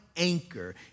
anchor